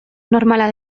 normala